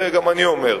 זה גם מה שאני אומר.